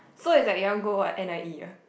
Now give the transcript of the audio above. so is like you want go what n_i_e ah